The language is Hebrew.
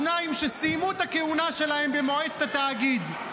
שניים שסיימו הכהונה שלהם במועצת התאגיד,